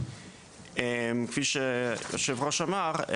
כפי שיושב הראש אמר,